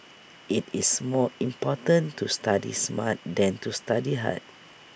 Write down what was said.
IT is more important to study smart than to study hard